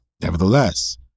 Nevertheless